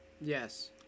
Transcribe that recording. Yes